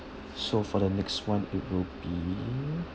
so for the next [one] it will be